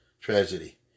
tragedy